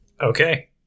Okay